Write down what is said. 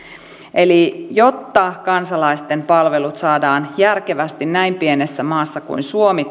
eli jotta kansalaisten palvelut saadaan järkevästi toteutettua näin pienessä maassa kuin suomi